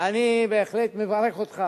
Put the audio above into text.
אני בהחלט מברך אותך.